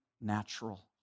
natural